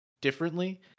differently